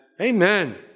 Amen